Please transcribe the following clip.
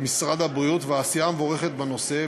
משרד הבריאות והעשייה המבורכת בנושא,